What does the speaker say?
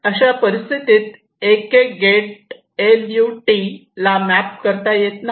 अशा परिस्थितीत एक एक गेट एल यु टी ला मॅप करता येत नाही